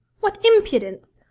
what impudence!